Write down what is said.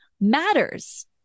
matters